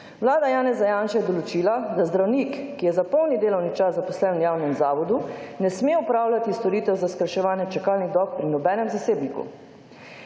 Vlada Janeza Janše je določila, da zdravnik, ki je za polni delovni čas zaposlen v javnem zavodu, ne sme opravljati storitev za skrajševanje čakalnih dob pri nobenem zasebniku.